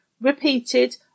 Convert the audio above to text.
repeated